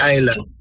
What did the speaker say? Island